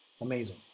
Amazing